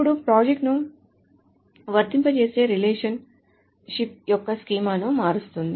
ఇప్పుడు ప్రాజెక్ట్ను వర్తింపచేస్తే రిలేషన్ షిప్ యొక్క స్కీమాను మారుస్తుంది